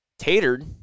tatered